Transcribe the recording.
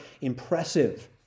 impressive